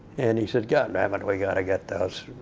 and he said, god damn it. we gotta get those,